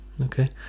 Okay